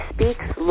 Speaks